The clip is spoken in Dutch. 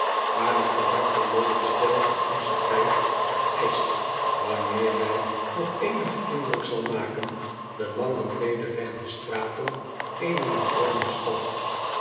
aar de karakterlooze stijl van onzen tijd eischt wanneer hij nog eenigen indruk zal maken de lange breede regte straten eener moderne stad